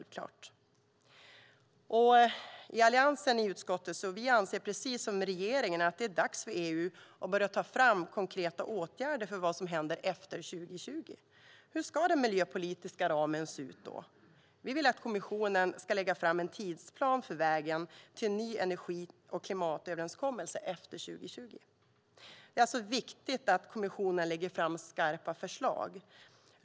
Vi i Alliansen i utskottet anser precis som regeringen att det är dags för EU att börja ta fram konkreta åtgärder för vad som händer efter 2020. Hur ska den miljöpolitiska ramen se ut då? Vi vill att kommissionen ska lägga fram en tidsplan för vägen till en ny energi och klimatöverenskommelse efter 2020. Det är alltså viktigt att kommissionen lägger fram skarpa förslag.